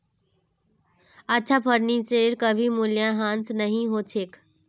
अच्छा फर्नीचरेर कभी मूल्यह्रास नी हो छेक